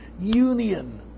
union